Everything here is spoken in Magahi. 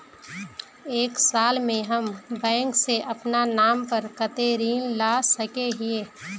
एक साल में हम बैंक से अपना नाम पर कते ऋण ला सके हिय?